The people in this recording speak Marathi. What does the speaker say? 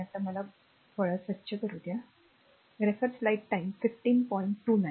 तर मला ते स्वच्छ करू द्या म्हणजे मी ते येथे केले आहे